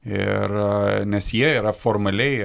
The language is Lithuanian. ir nes jie yra formaliai